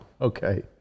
Okay